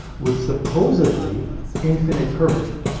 with supposedly infinite curvature.